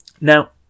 Now